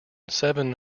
seven